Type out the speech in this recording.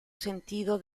sentido